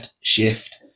shift